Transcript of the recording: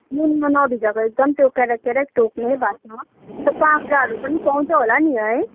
नुनमा नभिजाएको एकदम त्यो क्यारेक क्यारेक टोक्ने भातसँग अन्त काब्राहरू पनि पाउँछ होला नि है